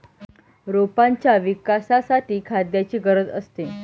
रोपांच्या विकासासाठी खाद्याची गरज असते